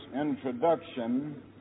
introduction